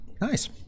Nice